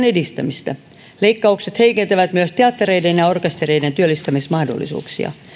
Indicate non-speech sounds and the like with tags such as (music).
(unintelligible) edistämistä leikkaukset heikentävät myös teattereiden ja orkestereiden työllistämismahdollisuuksia